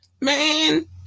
Man